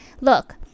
Look